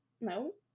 no